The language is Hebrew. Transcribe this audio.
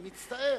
אני מצטער,